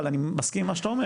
אבל אני מסכים עם מה שאתה אומר